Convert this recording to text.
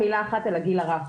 מילה אחת על הגיל הרך,